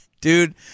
dude